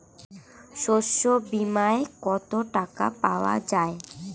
শস্য বিমায় কত টাকা পাওয়া যায়?